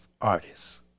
artists